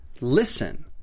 listen